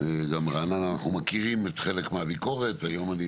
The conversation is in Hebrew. וגם רעננה, אנחנו מכירים חלק מהביקורת והיום אני